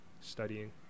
studying